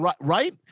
Right